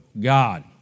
God